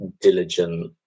diligent –